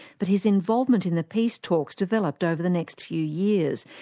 but his involvement in the peace talks developed over the next few years,